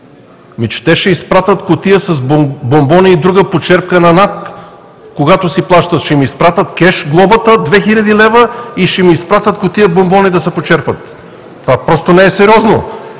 че те ще изпратят кутия с бонбони и друга почерпка на НАП, когато си плащат! Ще им изпратят кеш глобата от 2000 лв. и ще им изпратят кутия бонбони да се почерпят! Това просто не е сериозно.